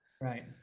right